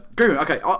Okay